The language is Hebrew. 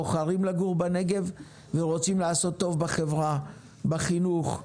בוחרים לגור בנגב ורוצים לעשות טוב בחברה: בחינוך,